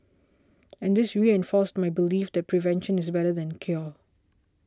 and this reinforced my belief that prevention is better than cure